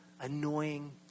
annoying